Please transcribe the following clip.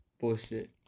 Bullshit